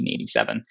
1987